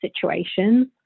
situations